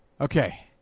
Okay